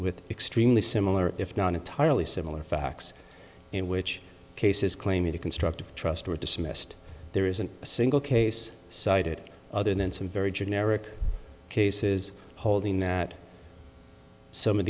with extremely similar if not entirely similar facts in which case is claiming a constructive trust were dismissed there isn't a single case cited other than some very generic cases holding that some of